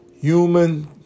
Human